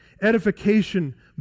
edification